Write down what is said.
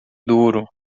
duro